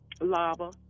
Lava